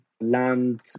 land